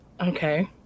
Okay